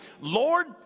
Lord